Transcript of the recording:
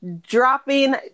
dropping